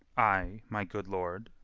ay, my good lord.